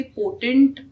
potent